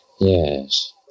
Yes